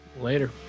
Later